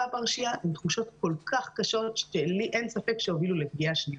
הפרשייה הן תחושות כל כך קשות שלי אין ספק שהובילו לפגיעה שנייה.